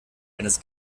eines